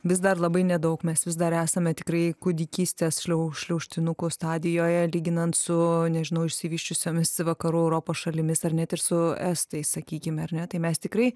vis dar labai nedaug mes vis dar esame tikrai kūdikystės šliau šliaužtinukų stadijoje lyginant su nežinau išsivysčiusiomis vakarų europos šalimis ar net ir su estais sakykim ar ne tai mes tikrai